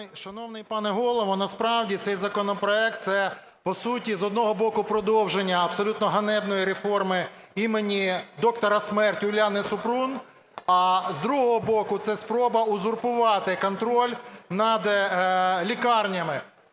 Шановний пане Голово, насправді цей законопроект – це, по суті, з одного боку, продовження абсолютно ганебної реформи імені "доктора смерть" Уляни Супрун, а, з другого боку, це спроба узурпувати контроль над лікарнями.